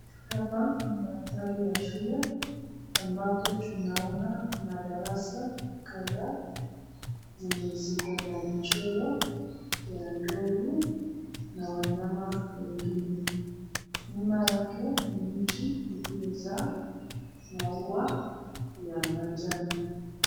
Hapa ni mandhari ya shule ambapo tunaona madarasa kadhaa zenye ziko na michoro ya ndovu na wanyama wengine. Nyuma yake ni mti uliozaa maua ya manjano.